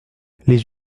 les